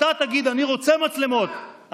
תגיד: אני רוצה מצלמות.